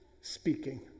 speaking